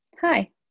hi